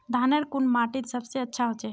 धानेर कुन माटित सबसे अच्छा होचे?